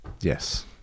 Yes